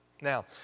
Now